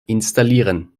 installieren